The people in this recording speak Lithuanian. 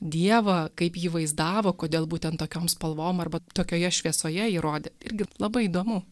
dievą kaip jį vaizdavo kodėl būtent tokiom spalvom arba tokioje šviesoje jį rodė irgi labai įdomu